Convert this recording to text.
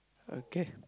okay